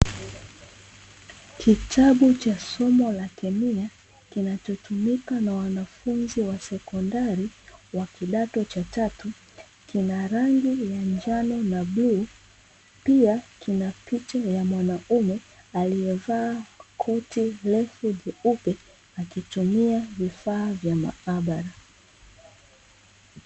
Kitabu cha somo la kemia kinacho tumika na wanafunzi wa sekondari, wa kidato cha tatu, kinarangi ya njano na bluu, pia kinapicha ya mwanaume aliyevaa koti refu jeupe, akitumia vifaa vya maabara.